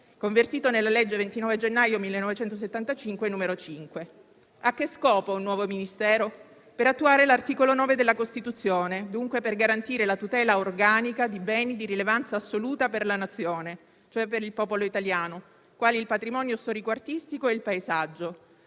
convertito nella legge 29 gennaio 1975, n. 5. A che scopo un nuovo Ministero? Per attuare l'articolo 9 della Costituzione. Dunque, per garantire la tutela organica di beni di rilevanza assoluta per la Nazione, cioè per il popolo italiano, quali il patrimonio storico artistico e il paesaggio